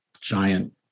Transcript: giant